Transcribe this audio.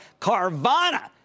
Carvana